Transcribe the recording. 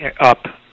up